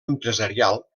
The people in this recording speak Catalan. empresarial